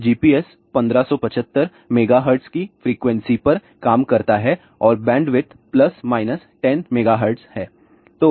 तो GPS 1575 MHz की frequency पर काम करता है और बैंडविड्थ प्लस माइनस 10 MHz है